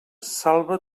salva